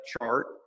chart